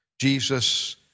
Jesus